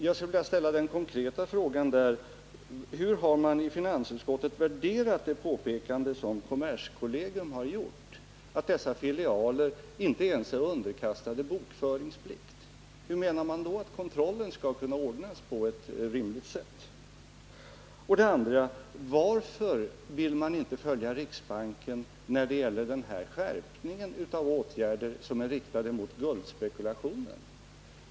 Jag skulle vilja ställa den konkreta frågan: Hur har man i finansutskottet värderat det påpekande som kommerskollegium har gjort, att dessa filialer inte ens är underkastade bokföringsplikt? Hur menar man då att kontrollen skall kunna ordnas på ett rimligt sätt? Varför vill man i andra fallet inte följa riksbankens råd när det gäller skärpningen av åtgärder riktade mot guldspekulation?